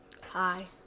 Hi